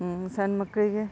ಸಣ್ಣಮಕ್ಳಿಗೆ